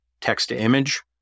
text-to-image